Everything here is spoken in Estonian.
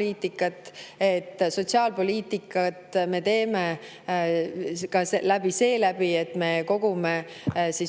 sotsiaalpoliitikat. Sotsiaalpoliitikat me teeme ka seeläbi, et me kogume